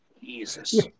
Jesus